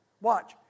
Watch